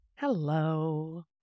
Hello